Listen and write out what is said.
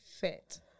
fit